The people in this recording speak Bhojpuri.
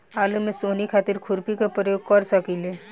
आलू में सोहनी खातिर खुरपी के प्रयोग कर सकीले?